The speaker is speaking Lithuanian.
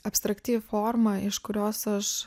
abstrakti forma iš kurios aš